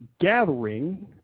gathering